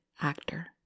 actor